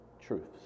truths